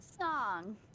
song